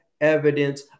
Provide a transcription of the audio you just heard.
evidence